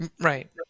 right